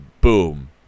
Boom